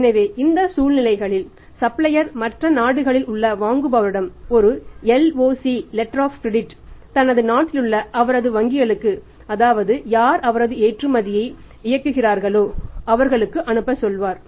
எனவே இந்த சூழ்நிலைகளில் சப்ளையர் மற்ற நாடுகளில் உள்ள வாங்குபவரிடம் ஒரு LOC லெட்டர் ஆப் கிரெடிட் தனது நாட்டிலுள்ள அவரது வங்கிக்கு அதாவது யார் அவரது ஏற்றுமதியை இயக்குகிறார்கள் அவர்களுக்கு அனுப்ப சொல்வார்